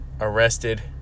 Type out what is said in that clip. arrested